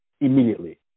immediately